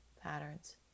patterns